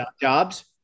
jobs